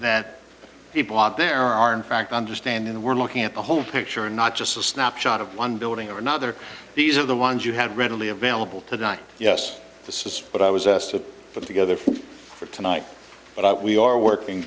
that people out there are in fact understand and we're looking at the whole picture not just a snapshot of one building or another these are the ones you have readily vailable tonight yes this is what i was asked to put together for tonight but i we are working